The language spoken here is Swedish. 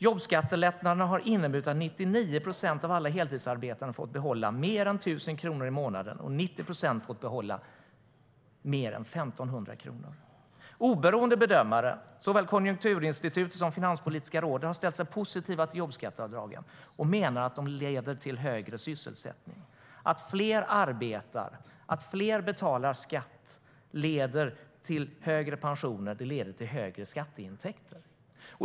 Jobbskattelättnaderna har inneburit att 99 procent av alla heltidsarbetande har fått behålla mer än 1 000 kronor i månaden och att 90 procent har fått behålla mer än 1 500 kronor. Oberoende bedömare, såväl Konjunkturinstitutet som Finanspolitiska rådet, har ställt sig positiva till jobbskatteavdragen och menar att de leder till högre sysselsättning. Att fler arbetar och att fler betalar skatt leder till högre pensioner. Det leder till högre skatteintäkter.